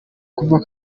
kuva